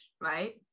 right